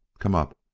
come up,